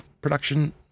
production